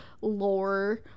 lore